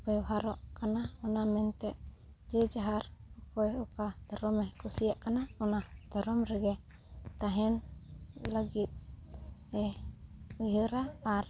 ᱵᱮᱣᱦᱟᱨᱚᱜ ᱠᱟᱱᱟ ᱚᱱᱟ ᱢᱮᱱᱛᱮ ᱡᱮ ᱡᱟᱦᱟᱸᱨ ᱚᱠᱚᱭ ᱚᱠᱟ ᱫᱷᱚᱨᱚᱢᱮ ᱠᱩᱥᱤᱭᱟᱜ ᱠᱟᱱᱟ ᱚᱱᱟ ᱫᱷᱚᱨᱚᱢ ᱨᱮᱜᱮ ᱛᱟᱦᱮᱱ ᱞᱟᱹᱜᱤᱫ ᱮ ᱩᱭᱦᱟᱹᱨᱟ ᱟᱨ